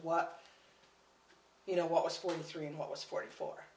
what you know what was for three and what was forty four